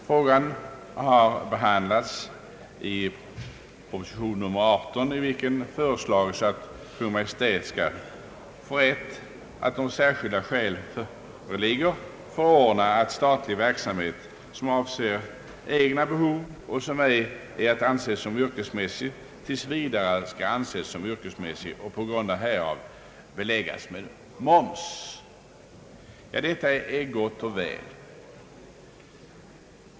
Frågan har behandlats i proposition nr 18, i vilken föreslagits att Kungl. Maj:t skall få rätt att — om särskilda skäl föreligger — förordna, att statlig verksamhet, som avser egna behov och som ej är att anse som yrkesmässig, tills vidare skall anses som yrkesmässig och på grund därav beläggas med moms. Detta är gott och väl.